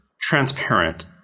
transparent